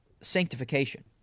sanctification